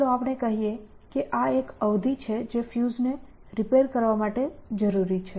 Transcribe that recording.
ચાલો આપણે કહીએ કે આ એક અવધિ છે જે ફ્યુઝને રિપેર કરવા માટે જરૂરી છે